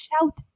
shout